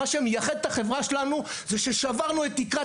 מה שמייחד את החברה שלנו זה ששברנו את תקרת